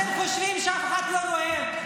אתם חושבים שאף אחד לא רואה,